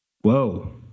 Whoa